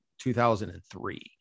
2003